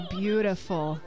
beautiful